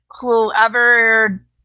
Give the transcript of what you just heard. whoever